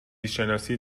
شناسی